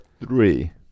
three